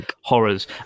horrors